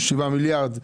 7 מיליארד שקלים,